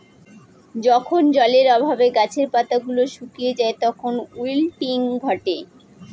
যখন জলের অভাবে গাছের পাতা গুলো শুকিয়ে যায় তখন উইল্টিং ঘটে